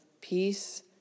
peace